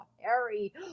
Harry